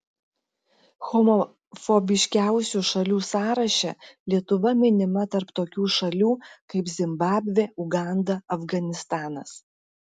homofobiškiausių šalių sąraše lietuva minima tarp tokių šalių kaip zimbabvė uganda afganistanas